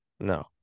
No